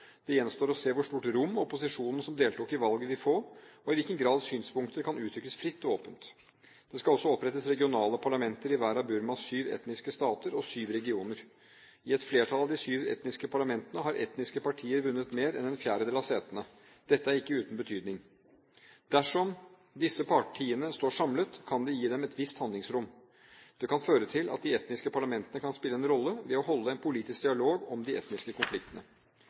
Det gjenstår å se hvor stort rom opposisjonen som deltok i valget, vil få og i hvilken grad synspunkter kan uttrykkes fritt og åpent. Det skal også opprettes regionale parlamenter i hver av Burmas syv etniske stater og syv regioner. I et flertall av de syv etniske parlamentene har etniske partier vunnet mer enn en fjerdedel av setene. Dette er ikke uten betydning. Dersom disse partiene står samlet, kan det gi dem et visst handlingsrom. Det kan føre til at de etniske parlamentene kan spille en rolle ved å holde en politisk dialog om de etniske konfliktene.